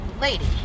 lady